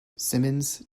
simmons